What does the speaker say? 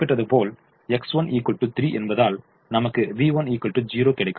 X1 3 என்பதால் நமக்கு v1 0 கிடைக்கும்